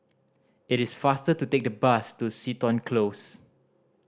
it is faster to take the bus to Seton Close